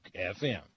FM